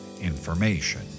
information